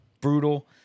brutal